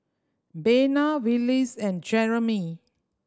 Bena Willis and Jerimy